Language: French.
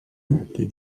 des